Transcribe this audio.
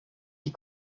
die